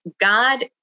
God